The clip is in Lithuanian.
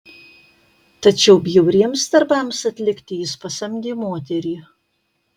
tačiau bjauriems darbams atlikti jis pasamdė moterį